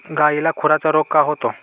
गायीला खुराचा रोग का होतो?